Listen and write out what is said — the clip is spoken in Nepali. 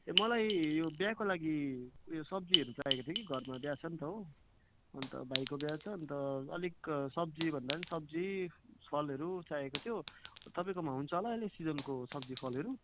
ए मलाई यो बिहाको लागि उयो सब्जीहरू चाहिएको थियो कि घरमा बिहा छ नि त हो अन्त भाइको बिहा छ अन्त अलिक सब्जी भन्दा पनि सब्जी फलहरू चाहिएको थियो तपाईँकोमा हुन्छ होला अहिले सिजनको सब्जी फलहरू